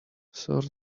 sort